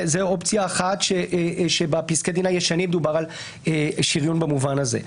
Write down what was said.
זאת אופציה אחת כאשר בפסקי הדין הישנים דובר על שריון במובן הזה.